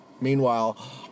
Meanwhile